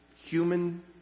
human